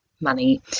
money